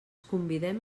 convidem